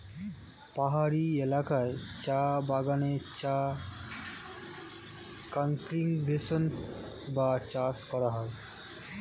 পাহাড়ি এলাকায় চা বাগানে চা কাল্টিভেশন বা চাষ করা হয়